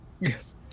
Yes